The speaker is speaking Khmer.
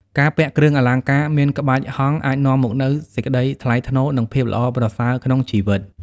ការពាក់គ្រឿងអលង្ការមានក្បាច់ហង្ស អាចនាំមកនូវសេចក្តីថ្លៃថ្នូរ និងភាពល្អប្រសើរក្នុងជីវិត។